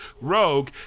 Rogue